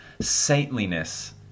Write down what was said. saintliness